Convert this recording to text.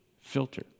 filter